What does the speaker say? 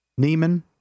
Neiman